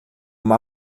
uma